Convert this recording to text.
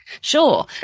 sure